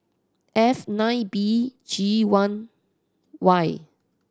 F nine B G one Y